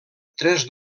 tres